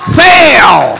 fail